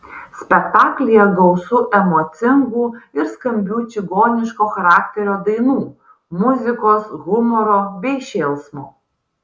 spektaklyje gausu emocingų ir skambių čigoniško charakterio dainų muzikos humoro bei šėlsmo